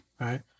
right